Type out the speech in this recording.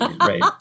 Right